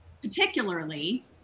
particularly